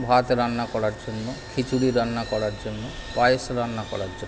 ভাত রান্না করার জন্য খিচুড়ি রান্না করার জন্য পায়েস রান্না করার জন্য